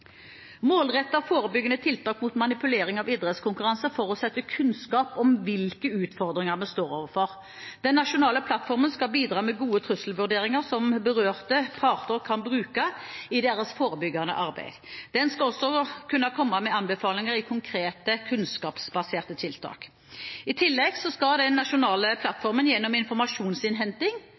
forebyggende tiltak mot manipulering av idrettskonkurranser forutsetter kunnskap om hvilke utfordringer vi står overfor. Den nasjonale plattformen skal bidra med gode trusselvurderinger som berørte parter kan bruke i deres forebyggende arbeid. Den skal også kunne komme med anbefalinger til konkrete kunnskapsbaserte tiltak. I tillegg skal den nasjonale